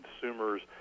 consumers